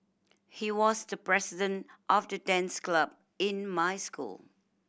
he was the president of the dance club in my school